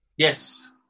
Yes